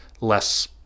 less